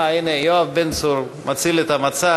אה, הנה, יואב בן צור מציל את המצב.